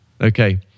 Okay